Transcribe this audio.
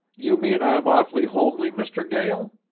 you mean i'm awful homely, mr. gael?